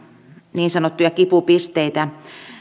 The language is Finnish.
niin sanottuja kipupisteitä